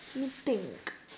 let me think